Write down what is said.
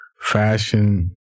fashion